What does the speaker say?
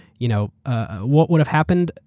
you know ah what would have happened?